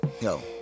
Yo